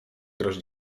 grasz